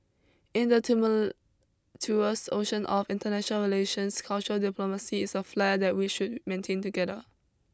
in the tumultuous ocean of international relations cultural diplomacy is a flare that we should maintain together